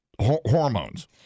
hormones